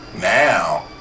Now